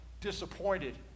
disappointed